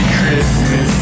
Christmas